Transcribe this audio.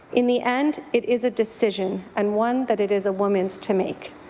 in the end, it is a decision and one that it is a woman's to make.